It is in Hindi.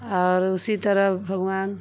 और उसी तरह भगवान